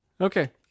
okay